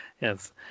Yes